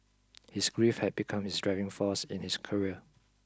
his grief had become his driving force in his career